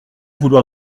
vouloir